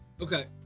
Okay